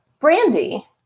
Brandy